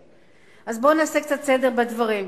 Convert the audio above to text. אז בוא נעשה קצת סדר בדברים.